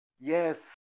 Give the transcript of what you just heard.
Yes